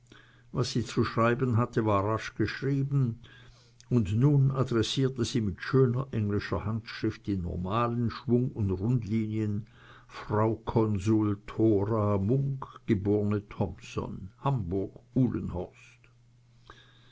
was sie zu schreiben hatte war rasch geschrieben und nun adressierte sie mit schöner englischer handschrift in normalen schwung und rundlinien frau konsul thora munk geb thompson hamburg uhlenhorst